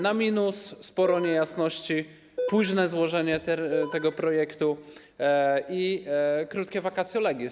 Na minus: sporo niejasności, późne złożenie tego projektu i krótkie vacatio legis.